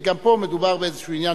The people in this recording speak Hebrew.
גם פה מדובר באיזשהו עניין,